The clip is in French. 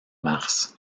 mars